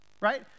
right